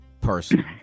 person